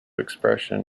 expression